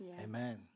Amen